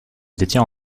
détient